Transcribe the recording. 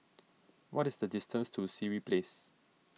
what is the distance to Sireh Place